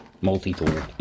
Multi-tool